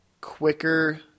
quicker